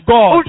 God